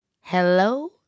Hello